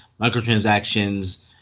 microtransactions